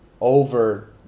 over